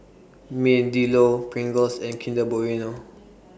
Meadowlea Pringles and Kinder Bueno